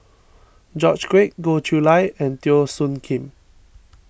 George Quek Goh Chiew Lye and Teo Soon Kim